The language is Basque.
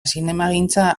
zinemagintza